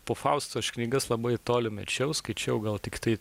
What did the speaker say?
po fausto aš knygas labai toli mečiau skaičiau gal tiktai